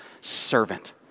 servant